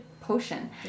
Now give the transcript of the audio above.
potion